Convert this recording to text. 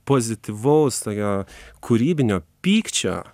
pozityvaus tokio kūrybinio pykčio